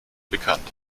bekannt